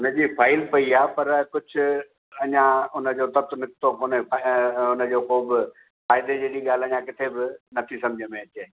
उनजी फ़ाइल पई आहे पर कुझु अञा उनजो तथ्य निकितो कोन्हे उनजो को बि फ़ाइदे जहिड़ी ॻाल्हि अञा किथे बि न थी सम्झि में अचे